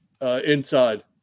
inside